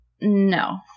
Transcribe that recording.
No